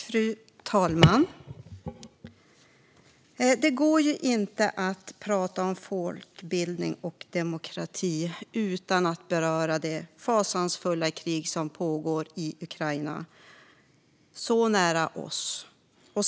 Fru talman! Det går inte att prata om folkbildning och demokrati utan att beröra det fasansfulla krig som pågår i Ukraina, så nära oss.